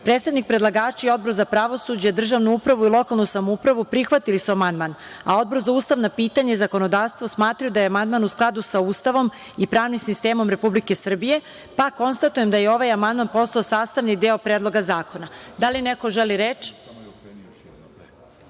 Kovačević. Predstavnik predlagača i Odbor za pravosuđe, državnu upravu i lokalnu samoupravu prihvatili su amandman, a Odbor za ustavna pitanja i zakonodavstvo smatra da je amandman u skladu sa Ustavom i pravnim sistemom Republike Srbije, pa konstatujem da je ovaj amandman postao sastavni deo Predloga zakona. Da li neko želi reč?